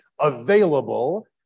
available